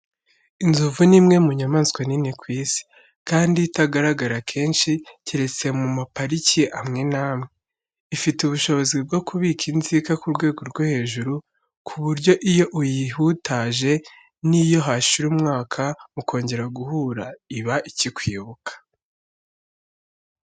Inzovu ni imwe mu nyamaswa nini ku isi, kandi itagaragara kenshi keretse mu mapariki amwe n’amwe. Ifite ubushobozi bwo kubika inzika ku rwego rwo hejuru, ku buryo iyo uyihutaje n'iyo hashira umwaka mukongera guhura, iba ikikwibuka.